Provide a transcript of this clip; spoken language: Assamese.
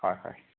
হয় হয়